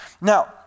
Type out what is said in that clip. now